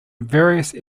various